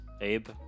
abe